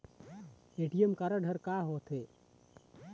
ATM card हा का होते?